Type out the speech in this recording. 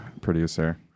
producer